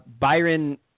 Byron